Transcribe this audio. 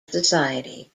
society